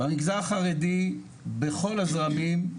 במגזר החרדי בכל הזרמים,